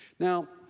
now,